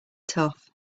tough